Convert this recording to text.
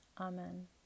Amen